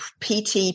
PT